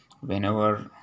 whenever